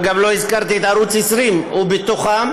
אגב, לא הזכרתי את ערוץ 20, הוא בתוכם,